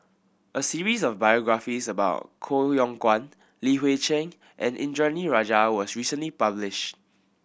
a series of biographies about Koh Yong Guan Li Hui Cheng and Indranee Rajah was recently published